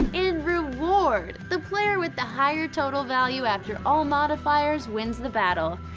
in reward, the player with the higher total value after all modifiers wins the battle.